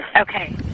Okay